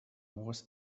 was